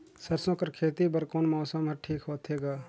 सरसो कर खेती बर कोन मौसम हर ठीक होथे ग?